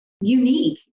unique